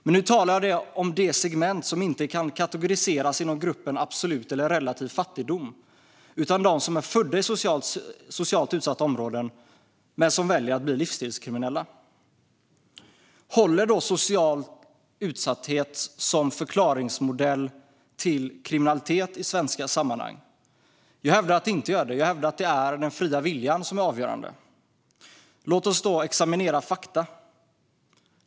Men nu talar jag om det segment som inte kan kategoriseras som absolut eller relativt fattiga men som är födda i socialt utsatta områden och som väljer att bli livsstilskriminella. Håller social utsatthet som förklaring för kriminalitet i svenska sammanhang? Jag hävdar att det inte gör det, utan det är den fria viljan som är avgörande. Låt oss undersöka fakta.